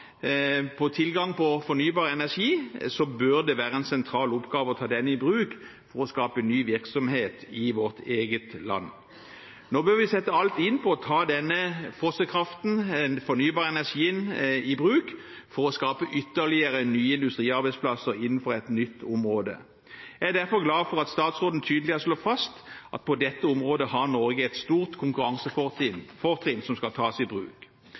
tilgang på fornybar energi, bør det være en sentral oppgave å ta denne i bruk for å skape ny virksomhet i vårt eget land. Nå bør vi sette alt inn på å ta fossekraften, den fornybare energien, i bruk for å skape ytterligere nye industriarbeidsplasser innenfor et nytt område. Jeg er derfor glad for at statsråden tydelig har slått fast at på dette området har Norge et stort konkurransefortrinn, som skal tas i bruk.